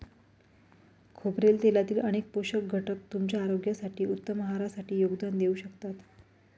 खोबरेल तेलातील अनेक पोषक घटक तुमच्या आरोग्यासाठी, उत्तम आहारासाठी योगदान देऊ शकतात